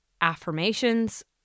affirmations